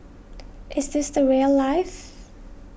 is this the rail life